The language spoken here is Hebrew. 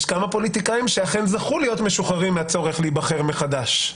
יש כמה פוליטיקאים שאכן זכו להיות משוחררים מהצורך להיבחר מחדש.